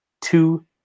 two